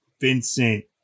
Vincent